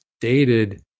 dated